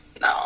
no